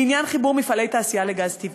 לעניין חיבור מפעלי תעשייה לגז טבעי: